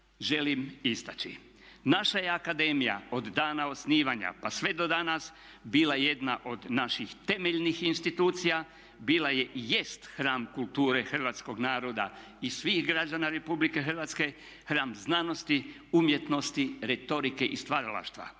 želim istaći. Naša je akademija od dana osnivanja pa sve do danas bila jedna od naših temeljnih institucija, bila je i jest hram kulture hrvatskog naroda i svih građana Republike Hrvatske, hram znanosti, umjetnosti, retorike i stvaralaštva.